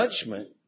judgment